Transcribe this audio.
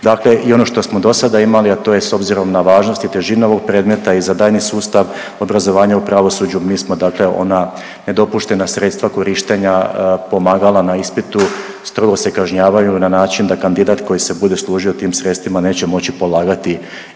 Dakle, i ono što smo do sada imali, a to je s obzirom na važnost i težinu ovog predmeta i za daljnji sustav obrazovanja u pravosuđu, mi smo dakle ona nedopuštena sredstva korištenja, pomagala na ispitu strogo se kažnjavaju na način da kandidat koji se bude služio tim sredstvima neće moći polagati